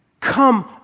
come